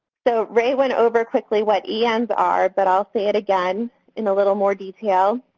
so, ray went over quickly what ens are, but i'll say it again in a little more detail.